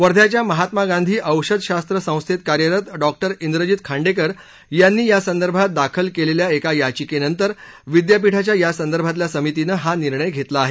वर्ध्याच्या महात्मा गांधी औषध शास्व संस्थेत कार्यरत डॉ इंद्रजीत खांडेकर यांनी या संदर्भात दाखल केलेल्या एका याचिकेनंतर विद्यापीठाच्या या संदर्भातल्या समितीनं हा निर्णय घेतला आहे